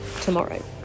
tomorrow